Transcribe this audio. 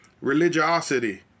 religiosity